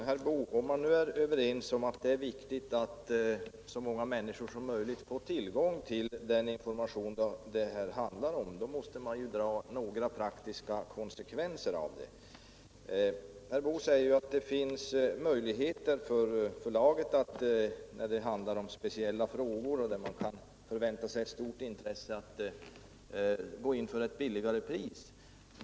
Herr talman, Men, herr Boo, om man är överens om att så många människor som möjligt bör få tillgång till den information det här handlar om, måste man dra några praktiska konsekvenser av det. Herr Boo säger att förlaget nar möjligheter att när det gäller utredningar som behandlar speciella frågor, för vilka man kan förvänta sig ett stort intresse, gå in för ett lägre pris.